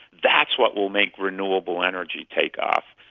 that's what will make renewable energy take off.